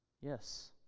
Yes